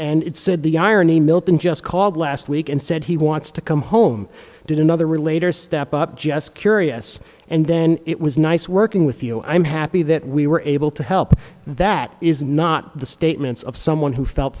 and it said the irony milton just called last week and said he wants to come home did another relator step up just curious and then it was nice working with you i'm happy that we were able to help that is not the statements of someone who felt